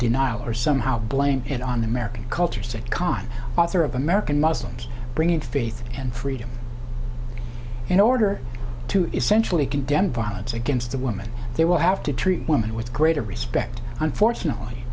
denial or somehow blame it on american culture said khan author of american muslims bringing faith and freedom in order to essentially condemn violence against a woman they will have to treat women with greater respect unfortunately